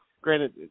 granted